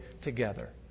together